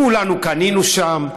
כולנו קנינו שם,